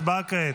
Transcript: הצבעה כעת.